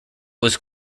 was